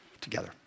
together